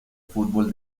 fútbol